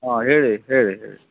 ಆಂ ಹೇಳಿ ಹೇಳಿ ಹೇಳಿ